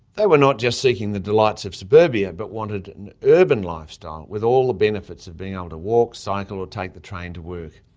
they were not just seeking the delights of suburbia, but wanted an urban lifestyle with all the benefits of being able to walk, cycle or take the train to work,